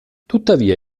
tuttavia